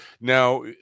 Now